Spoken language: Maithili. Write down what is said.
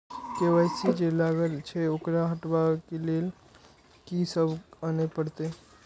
के.वाई.सी जे लागल छै ओकरा हटाबै के लैल की सब आने परतै?